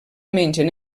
mengen